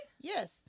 Yes